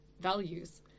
values